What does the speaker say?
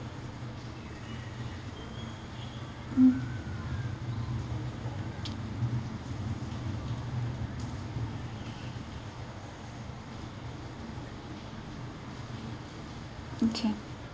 mm okay